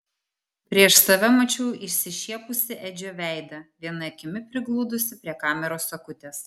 prieš save mačiau išsišiepusį edžio veidą viena akimi prigludusį prie kameros akutės